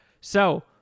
So-